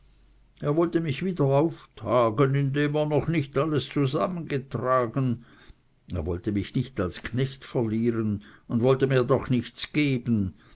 er wollte mich wieder auftagen indem er noch nicht alles zusammengetragen er wollte mich nicht als knecht verlieren und wollte mir doch nichts geben